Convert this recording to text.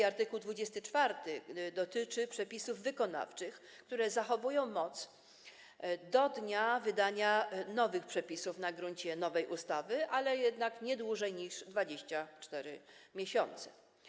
A art. 24 dotyczy przepisów wykonawczych, które zachowują moc do dnia wydania nowych przepisów na gruncie nowej ustawy, jednak nie dłużej niż 24 miesiące.